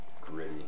gritty